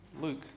Luke